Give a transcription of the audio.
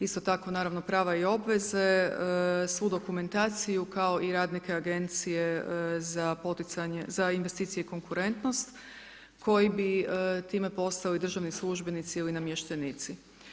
Isto tako, naravno, prava i obveze, svu dokumentaciju, kao i radnike Agencije za investicije i konkurentnost koji bi time postali državni službenici ili namještenici.